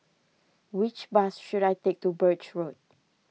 which bus should I take to Birch Road